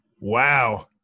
wow